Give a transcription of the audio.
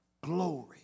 glory